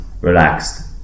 relaxed